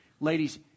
Ladies